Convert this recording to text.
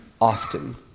often